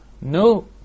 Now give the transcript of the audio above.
No